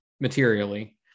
materially